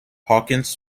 hawkins